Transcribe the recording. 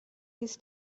his